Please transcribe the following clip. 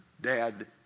Dad